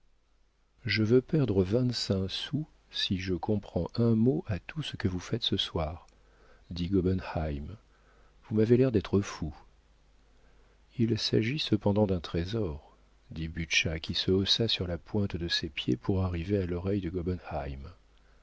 je veux perdre vingt-cinq sous si je comprends un mot à tout ce que vous faites ce soir dit gobenheim vous m'avez l'air d'être fous il s'agit cependant d'un trésor dit butscha qui se haussa sur la pointe de ses pieds pour arriver à l'oreille de